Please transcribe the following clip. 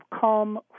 come